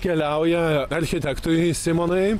keliauja architektui simonui